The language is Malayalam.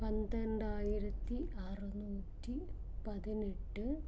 പന്ത്രണ്ടായിരത്തി അറുനൂറ്റി പതിനെട്ട്